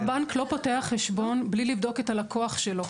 הבנק לא פותח חשבון בלי לבדוק את הלקוח שלו.